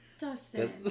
Dustin